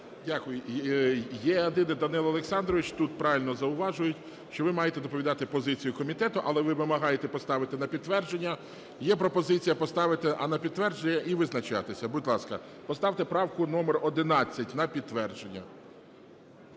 Дякую. Є один, Данило Олександрович, тут правильно зауважують, що ви маєте доповідати позицію комітету, але ви вимагаєте поставити на підтвердження. Є пропозиція поставити на підтвердження і визначатися. Будь ласка, поставте правку номер 11 на підтвердження.